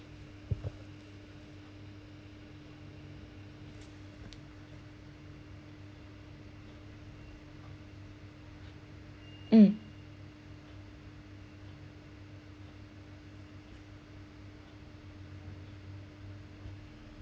um